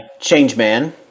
Changeman